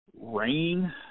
rain